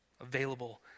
Available